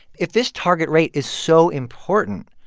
if this target rate is so important,